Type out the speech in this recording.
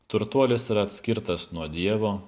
turtuolis yra atskirtas nuo dievo